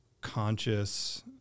conscious